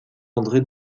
andré